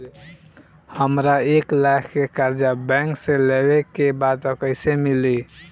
हमरा एक लाख के कर्जा बैंक से लेवे के बा त कईसे मिली?